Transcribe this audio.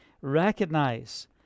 recognize